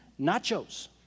Nachos